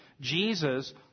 Jesus